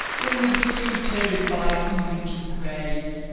you would be too terrified even to graze!